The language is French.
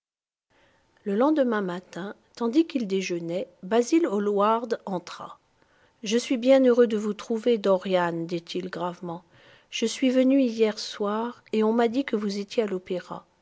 e lendemain matin tandis qu'il déjeunait basil hallward entra je suis bien heureux de vous trouver dorian dit-il gravement je suis venu hier soir et on'm'a dit que vous étiez à l'opéra